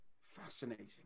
fascinating